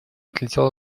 отлетел